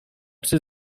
psy